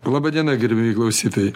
laba diena gerbiamieji klausytojai